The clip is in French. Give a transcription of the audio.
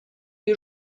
les